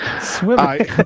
Swimming